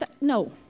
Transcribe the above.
no